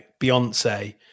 Beyonce